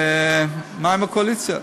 מה עם הקואליציה?